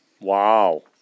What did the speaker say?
Wow